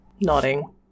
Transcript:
nodding